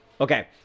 Okay